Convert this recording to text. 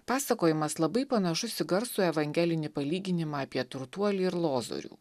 pasakojimas labai panašus į garsų evangelinį palyginimą apie turtuolį ir lozorių